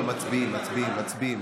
מצביעים, מצביעים, מצביעים.